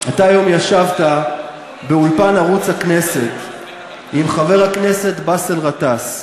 אתה ישבת היום באולפן ערוץ הכנסת עם חבר הכנסת באסל גטאס,